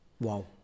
wow